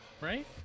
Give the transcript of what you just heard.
right